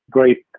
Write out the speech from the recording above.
Great